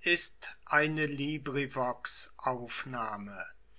ist dir